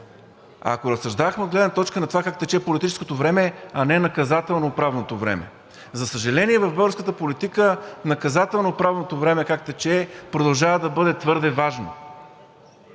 Ако разсъждавахме от гледна точка на това как тече политическото време, а не наказателно-правното време. За съжаление, в българската политика наказателно-правното време как продължава да тече е твърде важно,